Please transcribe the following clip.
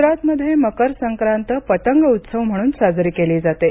गुजरातमध्ये मकर संक्रांत पतंग उत्सव म्हणून साजरी केली जाते